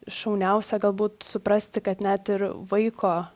šauniausia galbūt suprasti kad net ir vaiko